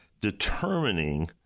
determining